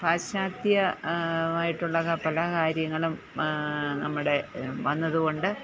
പാശ്ചാത്യ ആയിട്ടുള്ള പലകാര്യങ്ങളും നമ്മുടെ വന്നത് കൊണ്ട്